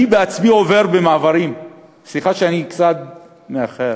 אני עצמי עובר במעברים, סליחה שאני קצת מאחר,